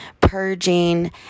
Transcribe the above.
purging